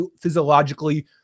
physiologically